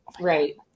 Right